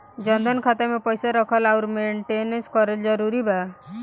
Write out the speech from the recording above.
जनधन खाता मे पईसा रखल आउर मेंटेन करल जरूरी बा?